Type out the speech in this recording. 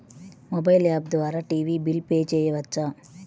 Mobile app ద్వారా TV bill pay చేయవచ్చా?